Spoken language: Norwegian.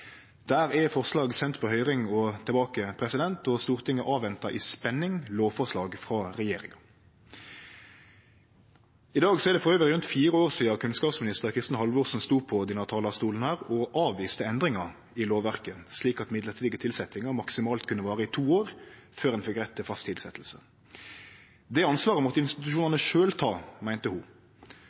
Der er forslag sende på høyring og komne tilbake, og Stortinget ventar i spaning på lovforslag frå regjeringa. I dag er det dessutan rundt fire år sidan dåverande kunnskapsminister Kristin Halvorsen stod på denne talarstolen og avviste endringar i lovverket, slik at mellombelse tilsetjingar maksimalt kunne vare i to år før ein fekk rett til fast tilsetjing. Det ansvaret måtte institusjonane sjølve ta, meinte ho.